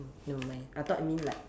never mind I thought you mean like